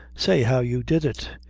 say how you did it.